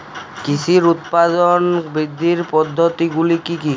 কৃষির উৎপাদন বৃদ্ধির পদ্ধতিগুলি কী কী?